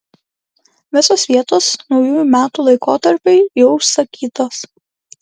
visos vietos naujųjų metų laikotarpiui jau užsakytos